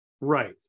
Right